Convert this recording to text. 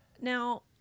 now